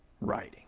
writing